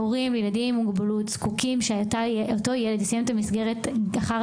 הורים לילדים עם מוגבלות זקוקים שאותו ילד יסיים את המסגרת אחר